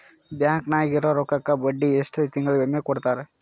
Bank ನಾಗಿರೋ ರೊಕ್ಕಕ್ಕ ಬಡ್ಡಿ ಎಷ್ಟು ತಿಂಗಳಿಗೊಮ್ಮೆ ಕೊಡ್ತಾರ?